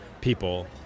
people